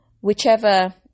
whichever